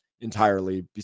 entirely